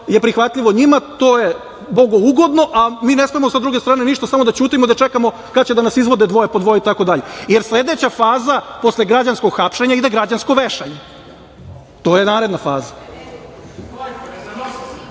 je prihvatljivo njima to je bogu ugodno, a mi ne smemo s druge strane ništa, samo da ćutimo i da čekamo kada će da nas izvode dvoje po dvoje itd. Posle građanskog hapšenja ide građansko vešanje. To je naredna